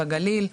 בגליל,